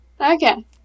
Okay